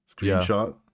screenshot